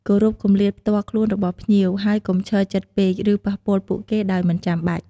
គោរពគម្លាតផ្ទាល់ខ្លួនរបស់ភ្ញៀវ ហើយកុំឈរជិតពេក ឬប៉ះពាល់ពួកគេដោយមិនចាំបាច់។